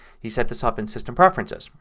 you set this up in system preferences.